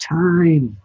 time